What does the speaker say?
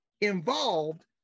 involved